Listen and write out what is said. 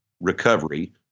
recovery